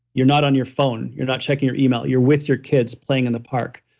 you're not on your phone, you're not checking your email, you're with your kids playing in the park.